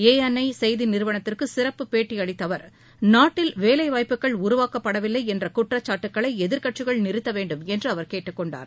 A N I செய்தி நிறுவனத்திற்கு சிறப்பு பேட்டி அளித்த அவர் நாட்டில் வேலைவாய்ப்புக்கள் உருவாக்கப்படவில்லை என்ற குற்றச்சாட்டுக்களை எதிர்க்கட்சிகள் நிறுத்த வேண்டும் என்று அவர் கேட்டுக்கொண்டார்